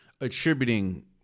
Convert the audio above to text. attributing